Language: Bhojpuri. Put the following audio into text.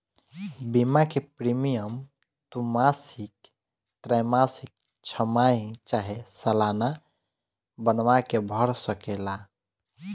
बीमा के प्रीमियम तू मासिक, त्रैमासिक, छमाही चाहे सलाना बनवा के भर सकेला